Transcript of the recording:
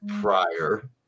prior